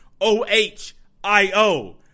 O-H-I-O